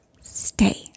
stay